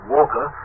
Walker